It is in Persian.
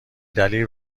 دلیل